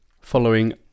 following